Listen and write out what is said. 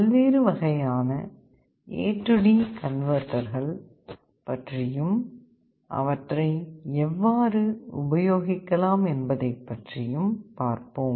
பல்வேறு வகையான AD கன்வர்ட்டர்கள் பற்றியும் அவற்றை எவ்வாறு உபயோகிக்கலாம் என்பதை பற்றியும் பார்ப்போம்